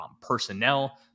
personnel